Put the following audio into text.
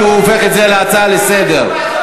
הפכת את זה להצעה לסדר-היום?